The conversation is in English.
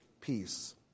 peace